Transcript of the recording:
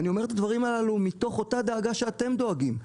אני אומר את הדברים הללו מתוך אותה דאגה שאתם דואגים.